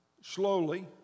Slowly